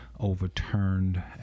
overturned